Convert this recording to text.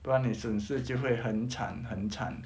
不然你损失就会很惨很惨